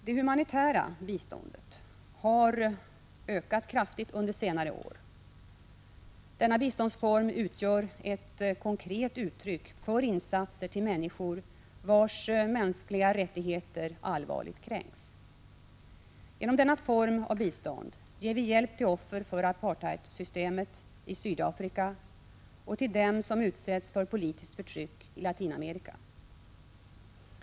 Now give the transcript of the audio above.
Det humanitära biståndet har ökat kraftigt under senare år. Denna biståndsform är ett konkret uttryck för insatser till människor vars mänskliga rättigheter allvarligt kränks. Genom denna form av bistånd ger vi hjälp till offer för apartheidsystemet i Sydafrika och till dem som utsätts för politiskt förtryck i Latinamerika.